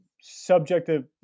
subjective